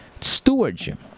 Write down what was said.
stewardship